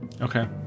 Okay